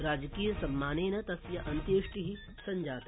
राजकीयसम्मानेन तस्य अत्येष्टि सञ्जाता